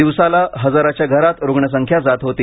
दिवसाला हजाराच्या घरात रुग्णसंख्या जात होती